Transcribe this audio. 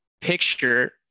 picture